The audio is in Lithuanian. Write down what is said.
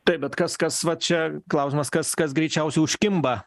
taip bet kas kas va čia klausimas kas kas greičiausiai užkimba